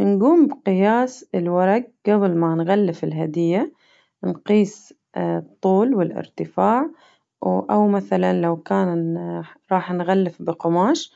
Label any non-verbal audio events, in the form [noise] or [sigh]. نقوم بقياس الورق قبل ما نغلف الهدية [hesitation] نقيس الطول والارتفاع و أو مثلاً لو كان [hesitation] رح نغلف بقماش